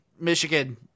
Michigan